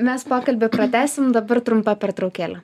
mes pokalbį pratęsim dabar trumpa pertraukėlė